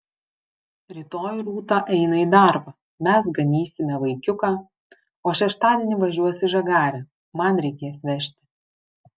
rytoj rūta eina į darbą mes ganysime vaikiuką o šeštadienį važiuos į žagarę man reikės vežti